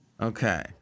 Okay